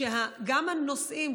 שגם הנוסעים,